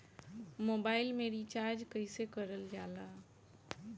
Mobile में recharge कइसे करल जाला?